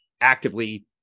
actively